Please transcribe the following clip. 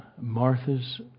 Martha's